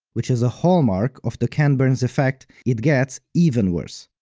which is a hallmark of the ken burns effect, it gets even worse.